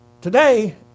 Today